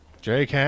Jake